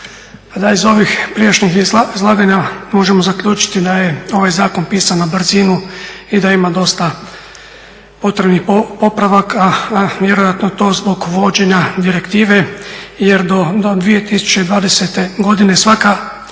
iz ovih prijašnjih izlaganja možemo zaključiti da je ovaj zakon pisan na brzinu i da ima dosta potrebnih popravaka, vjerojatno to zbog vođenja direktive jer do 2020.godine svaka